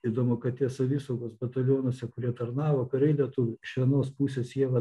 įdomu kad tie savisaugos batalionuose kurie tarnavo kariai lietuviai iš vienos pusės jie va